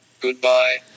Goodbye